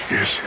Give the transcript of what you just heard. Yes